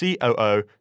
COO